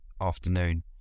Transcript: afternoon